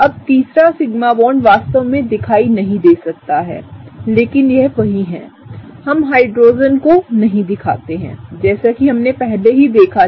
अब तीसरा sigma bond वास्तव में दिखाई नहीं दे सकता है लेकिन यह वहीं हैहम हाइड्रोजन को नहीं दिखाते हैं जैसा कि हमने पहले ही देखा था